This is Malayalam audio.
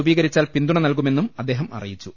രൂപീകരിച്ചാൽ പിന്തുണ നൽകുമെന്നും അദ്ദേഹം അറിയിച്ചു